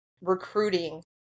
recruiting